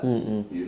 mm mm